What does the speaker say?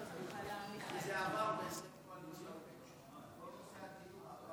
ההצעה להעביר את הנושא לוועדת הפנים והגנת הסביבה